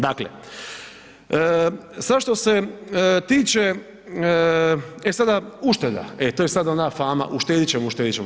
Dakle, sad što se tiče, e sada ušteda, e to je sad ona fama uštedjet ćemo, uštedjet ćemo.